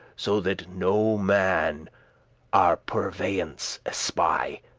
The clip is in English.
so that no man our purveyance espy